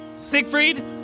Siegfried